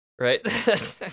right